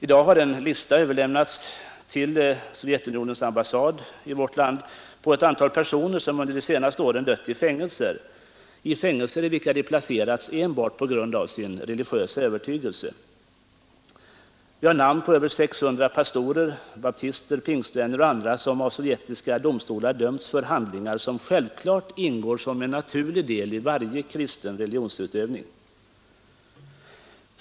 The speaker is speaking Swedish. I dag har till Sovjetunionens ambassad i vårt land överlämnats en lista på ett antal personer som under de senaste åren dött i fängelser, i vilka de placerats enbart på grund av sin religiösa övertygelse. Vi har namn på över 600 pastorer, baptister, pingstvänner och andra som av sovjetiska domstolar dömts för handlingar som självklart ingår som en naturlig del i varje kristen religionsutövning.